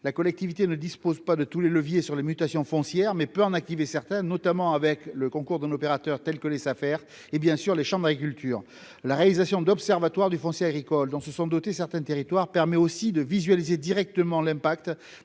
la collectivité ne dispose pas de tous les leviers sur les mutations foncière mais peut en activer certaines, notamment avec le concours de l'opérateur, tels que les affaires et bien sûr les chambres d'agriculture, la réalisation d'observatoire du foncier agricole, dont se sont dotés, certains territoires permet aussi de visualiser directement l'impact